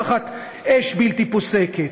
תחת אש בלתי פוסקת,